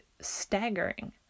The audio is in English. staggering